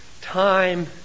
time